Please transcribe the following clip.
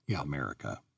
America